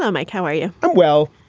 yeah mike. how are you? i'm well,